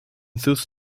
those